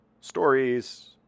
stories